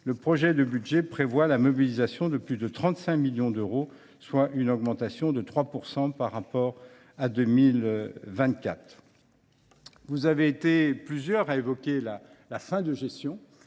le projet de budget prévoit la mobilisation de plus de 36 millions d’euros, soit une augmentation de 3 % par rapport à 2024. Plusieurs d’entre vous ont évoqué la fin de gestion